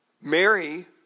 Mary